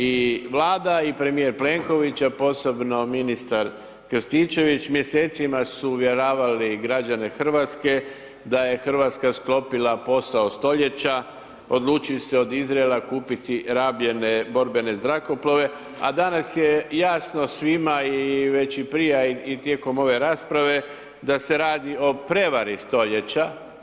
I vlada i premjer Plenkovića, posebno ministar Krsičević mjesecima su uvjeravali građane Hrvatske, da je Hrvatska sklopila posao stoljeća, oduči se od Izraela kupiti rabljene borbene zrakoplove, a danas je jasno svima a i već i prije i tijekom ove rasprave, da se radi o prevari stoljeća.